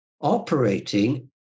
operating